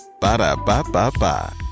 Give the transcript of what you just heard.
Ba-da-ba-ba-ba